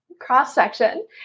cross-section